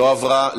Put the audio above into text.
לא התקבלה.